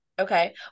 Okay